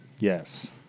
Yes